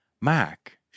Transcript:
Mac